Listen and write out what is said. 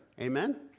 Amen